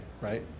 right